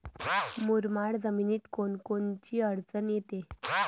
मुरमाड जमीनीत कोनकोनची अडचन येते?